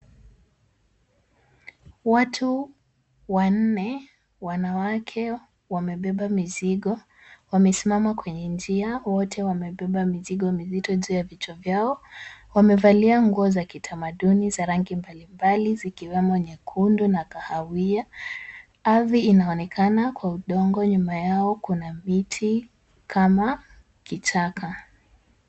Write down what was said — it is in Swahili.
Watu wanne wanawake wamebeba mizigo, wamesimama kwenye njia. Wote wamebeba mizigo mizito juu ya vichwa vyao. Wamevalia nguo za kitamaduni za rangi mbalimbali zikiwemo nyekundu na kahawia, ardhi inaonekana kwa udongo nyuma yao kuna miti kama kichaka.